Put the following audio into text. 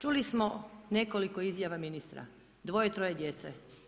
Čuli smo nekoliko izjava ministra, dvoje, troje djece.